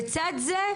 לצד זה,